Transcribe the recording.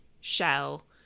shell